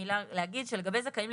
בשיעור לאזרחות,